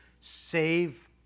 save